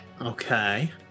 okay